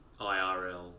IRL